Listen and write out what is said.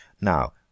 Now